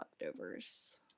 leftovers